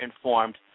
informed